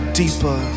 deeper